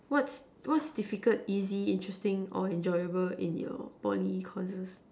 what's what's difficult easy interesting or enjoyable in your Poly courses